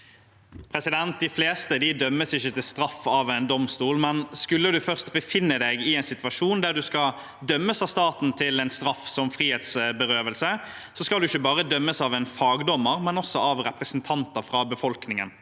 De fleste dømmes ikke til straff av en domstol, men skulle man først befinne deg i en situasjon der man skal dømmes av staten til en straff som frihetsberøvelse, skal man ikke bare dømmes av en fagdommer, men også av representanter fra befolkningen.